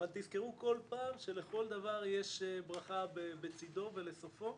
אבל תזכרו כל פעם שלכל דבר יש ברכה בצידו ולסופו.